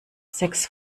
sechs